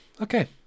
Okay